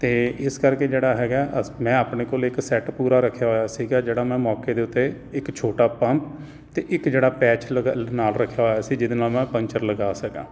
ਅਤੇ ਇਸ ਕਰਕੇ ਜਿਹੜਾ ਹੈਗਾ ਅਸ ਮੈਂ ਆਪਣੇ ਕੋਲ ਇੱਕ ਸੈਟ ਪੂਰਾ ਰੱਖਿਆ ਹੋਇਆ ਸੀਗਾ ਜਿਹੜਾ ਮੈਂ ਮੌਕੇ ਦੇ ਉੱਤੇ ਇੱਕ ਛੋਟਾ ਪੰਪ ਅਤੇ ਇੱਕ ਜਿਹੜਾ ਪੈਚ ਨਾਲ ਰੱਖਿਆ ਹੋਇਆ ਸੀ ਜਿਹਦੇ ਨਾਲ ਮੈਂ ਪੰਚਰ ਲਗਾ ਸਕਾਂ